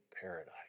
paradise